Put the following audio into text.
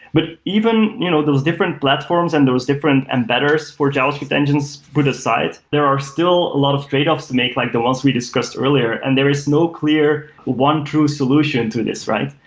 but even you know those different platforms and those different embedders for javascript engines for the site, there are still a lot of tradeoffs to make, like the ones we discussed earlier, and there is no clear one true solution to this, right?